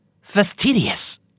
Fastidious